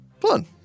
Fun